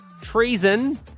treason